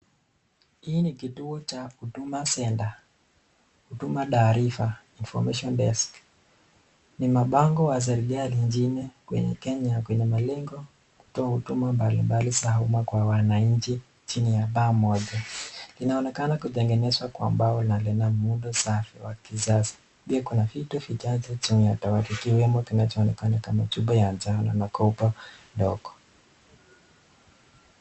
Hii ni kituo cha huduma center[cs ]huduma taarifa information desk ni mpango wa serikali nchini Kenya yenye malengo ya kuwaleta wanchi chini ya paa moja, inaonekana kutengenezwa kwa mbao na Lina muundo safi wa kisasa, pia Kuna vitu vichache ikiwemo kinachoonekana kama chupa njano na koba ndogo.